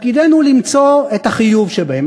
תפקידנו למצוא את החיוב שבהן.